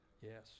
Yes